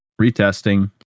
Retesting